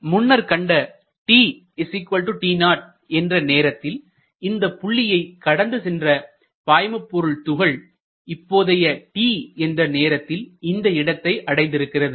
நாம் முன்னர் கண்ட tt0 என்ற நேரத்தில் இந்தப் புள்ளியை கடந்துசென்ற பாய்மபொருள் துகள் இப்பொழுதைய t என்ற நேரத்தில் இந்த இடத்தை அடைந்து இருக்கிறது